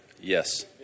Yes